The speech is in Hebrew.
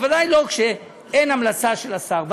בוודאי לא כשאין המלצה של השר.